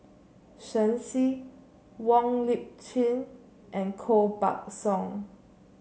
Shen Xi Wong Lip Chin and Koh Buck Song